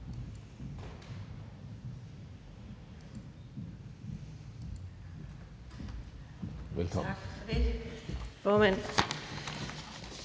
Velkommen.